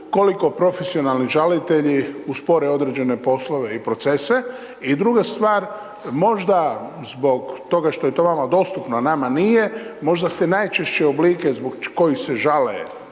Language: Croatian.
koliko profesionalni žalitelji uspore određene poslove i procese. I druga stvar možda zbog toga što je to vama dostupno, a nama nije možda se najčešće oblike zbog kojih se žale